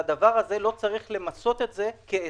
לכן לא צריך למסות את זה כעסק.